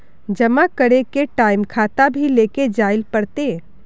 जमा करे के टाइम खाता भी लेके जाइल पड़ते?